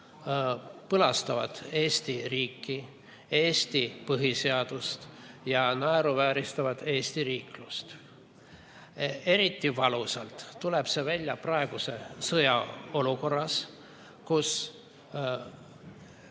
põlastavad Eesti riiki, Eesti põhiseadust ja naeruvääristavad Eesti riiklust. Eriti valusalt tuleb see välja praeguse sõja olukorras, kus